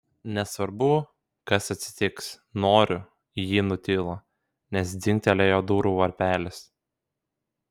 nesvarbu kas atsitiks noriu ji nutilo nes dzingtelėjo durų varpelis